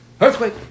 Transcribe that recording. earthquake